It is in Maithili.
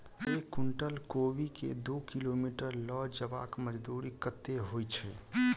एक कुनटल कोबी केँ दु किलोमीटर लऽ जेबाक मजदूरी कत्ते होइ छै?